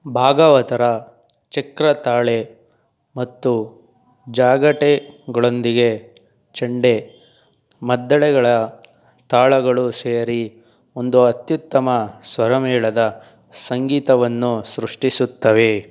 ಭಾಗವತರ ಚಕ್ರತಾಳೆ ಮತ್ತು ಜಾಗಟೆಗಳೊಂದಿಗೆ ಚಂಡೆ ಮದ್ದಳೆಗಳ ತಾಳಗಳು ಸೇರಿ ಒಂದು ಅತ್ಯುತ್ತಮ ಸ್ವರಮೇಳದ ಸಂಗೀತವನ್ನು ಸೃಷ್ಟಿಸುತ್ತವೆ